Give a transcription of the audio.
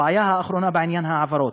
הבעיה האחרונה, בעניין ההעברות,